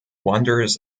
wonders